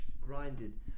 grinded